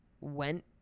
went